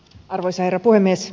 arvoisa herra puhemies